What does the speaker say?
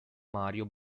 mario